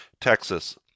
Texas